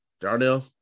Darnell